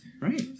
Right